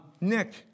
Nick